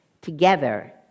Together